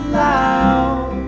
loud